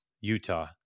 Utah